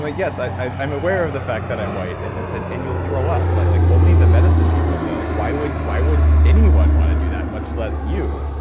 like yes, i'm i'm aware of the fact that i'm white. and they said, and you'll throw up. like like only the medicine people do that like why would why would anyone want to do that, much less you?